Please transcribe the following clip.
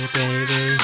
baby